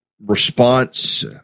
response